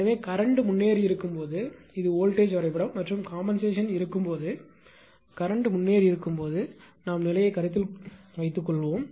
எனவே கரண்ட் முன்னேறி இருக்கும்போது இது வோல்ட்டேஜ் வரைபடம் மற்றும் கம்பென்சேஷன் இருக்கும் போது கரண்ட் முன்னேறி இருக்கும்போது நிலையை கருத்தில் வைத்துக்கொள்வோம்